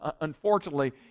unfortunately